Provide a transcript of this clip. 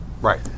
Right